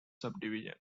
subdivision